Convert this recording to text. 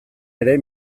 ere